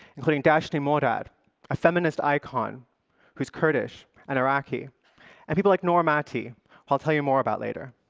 including dashni morad, a feminist icon who's kurdish and iraqi, and people like noor matti, who i'll tell you more about later.